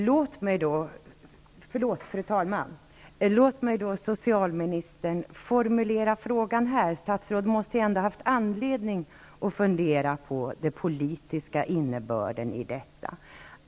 Fru talman! Låt mig då formulera frågan här. Statsrådet måste ändå ha haft anledning att fundera över den politiska innebörden.